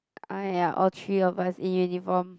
!aiya! all three of us in uniform